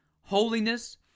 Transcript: holiness